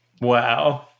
Wow